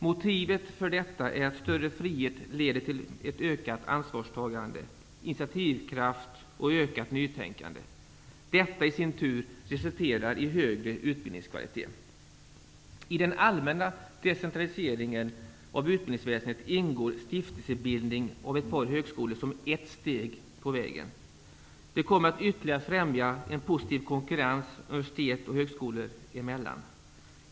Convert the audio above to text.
Motivet för detta är att större frihet leder till ett ökat ansvarstagande, till initiativkraft och ökat nytänkande. Detta i sin tur resulterar i högre utbildningskvalitet. I den allmänna decentraliseringen av utbildningsväsendet ingår stiftelsebildning av ett par högskolor som ett steg på vägen. De kommer att ytterligare främja en positiv konkurrens universitet och högskolor emellan.